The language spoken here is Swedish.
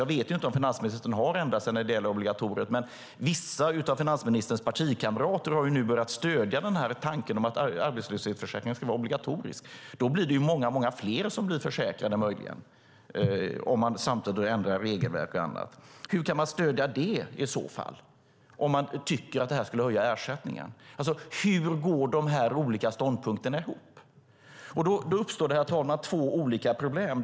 Jag vet inte om han har ändrat sig när det gäller obligatoriet, men vissa av hans partikamrater har nu börjat stödja tanken på att arbetslöshetsförsäkringen ska vara obligatorisk. Då blir möjligen många fler försäkrade om man samtidigt ändrar regelverk och annat. Hur kan man i så fall stödja det, om man anser att det skulle höja ersättningen? Alltså: Hur går dessa olika ståndpunkter ihop? Då uppstår två olika problem.